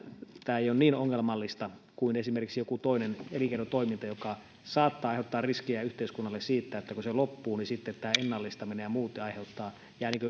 tämä ei ole niin ongelmallista kuin esimerkiksi joku toinen elinkeinotoiminta joka saattaa aiheuttaa riskejä yhteiskunnalle siitä että kun se loppuu niin sitten tämä ennallistaminen ja muut jäävät